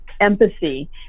empathy